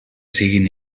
siguen